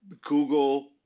Google